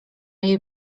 jej